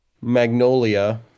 Magnolia